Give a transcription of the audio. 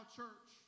church